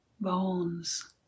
Bones